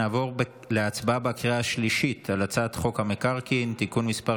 נעבור להצבעה בקריאה השלישית על הצעת חוק המקרקעין (תיקון מס'